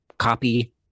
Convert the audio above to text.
copy